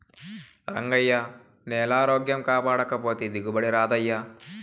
రంగయ్యా, నేలారోగ్యం కాపాడకపోతే దిగుబడి రాదయ్యా